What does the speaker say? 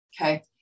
Okay